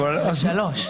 אבל בדברי ההסבר זה יהיה.